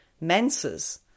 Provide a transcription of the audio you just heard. menses